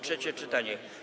Trzecie czytanie.